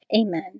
Amen